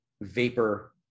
vapor